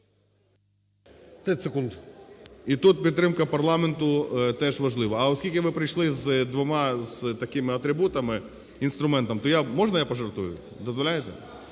І тут підтримка парламенту теж важлива. А оскільки ви прийшли з двома з такими атрибутами, інструментом, то я... Можна я пожартую? Дозволяєте?